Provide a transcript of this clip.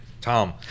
Tom